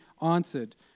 answered